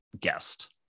guest